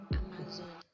amazon